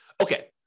Okay